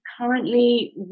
currently